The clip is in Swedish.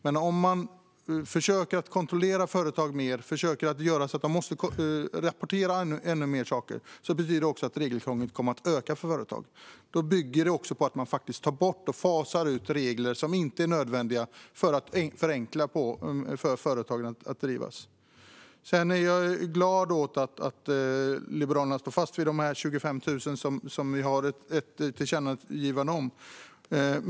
Men om man försöker kontrollera företag mer och försöker göra så att de måste rapportera ännu mer saker betyder det också att regelkrånglet för företag kommer att öka. Om man ska förenkla för dem som driver företag bygger det också på att man faktiskt tar bort och fasar ut regler som inte är nödvändiga. Jag är glad över att Liberalerna står fast vid de 25 000 kronor som vi har ett tillkännagivande om.